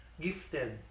gifted